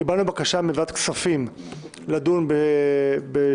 קיבלנו בקשה מוועדת הכספים לדון בשני